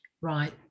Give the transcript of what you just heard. Right